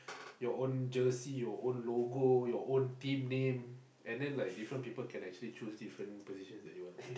your own jersey your own logo your own team name and then like different people can actually choose different positions they want to play